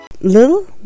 Little